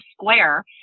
square